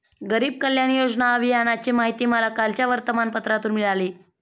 गरीब कल्याण योजना अभियानाची माहिती मला कालच्या वर्तमानपत्रातून मिळाली